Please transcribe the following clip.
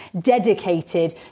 dedicated